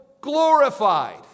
glorified